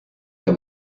der